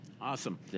Awesome